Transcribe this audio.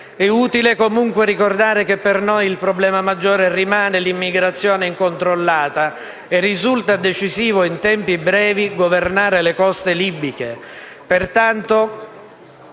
È utile, comunque, ricordare che per noi il problema maggiore rimane l'immigrazione incontrollata e risulta decisivo in tempi brevi governare le coste libiche.